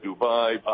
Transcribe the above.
Dubai